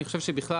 אני חושב שבכלל,